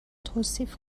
توصیف